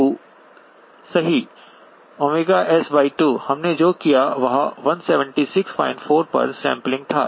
S2 हमने जो किया वह 1764 पर सैंपलिंग था